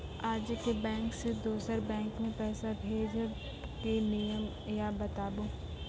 आजे के बैंक से दोसर बैंक मे पैसा भेज ब की नियम या बताबू?